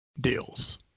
deals